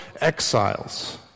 exiles